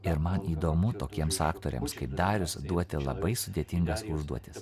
ir man įdomu tokiems aktoriams kaip darius duoti labai sudėtingas užduotis